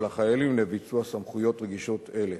החיילים לביצוע סמכויות רגישות אלה.